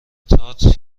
تئاتر